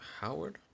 Howard